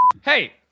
Hey